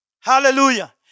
Hallelujah